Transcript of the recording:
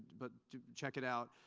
but check it out,